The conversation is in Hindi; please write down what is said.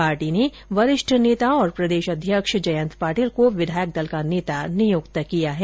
पार्टी ने वरिष्ठ नेता और प्रदेश अध्यक्ष जयन्त पाटिल को विधायक दल का नेता नियुक्त किया है